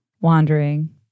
wandering